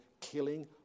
killing